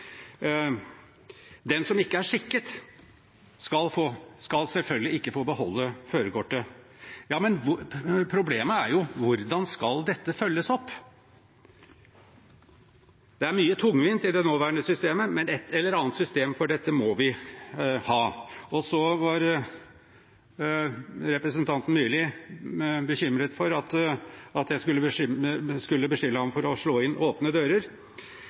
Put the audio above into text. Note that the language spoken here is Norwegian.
den som ikke er skikket, selvfølgelig ikke skal få beholde førerkortet. Ja, men problemet er jo hvordan dette skal følges opp. Det er mye tungvint i det nåværende systemet, men et eller annet system for dette må vi ha. Så var representanten Myrli bekymret for at jeg skulle beskylde ham for å slå inn åpne dører.